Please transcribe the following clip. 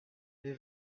les